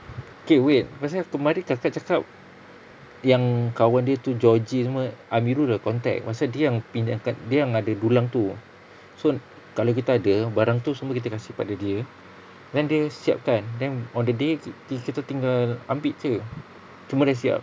okay wait pasal kelmarin kakak cakap yang kawan dia tu georgie semua amirul dah contact pasal dia yang pinjamkan dia yang ada dulang tu so kalau kita ada barang tu semua kita kasi pada dia kan dia siapkan then on the day kita t~ tinggal ambil jer semua dah siap